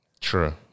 True